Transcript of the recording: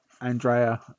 Andrea